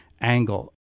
angle